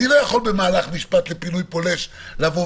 אני לא יכול במהלך המשפט לפינוי פולש לבוא